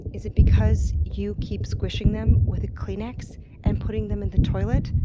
is it because you keep squishing them with a kleenex and putting them in the toilet?